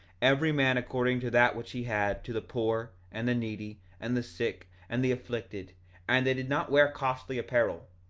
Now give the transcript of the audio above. every man according to that which he had, to the poor, and the needy, and the sick, and the afflicted and they did not wear costly apparel,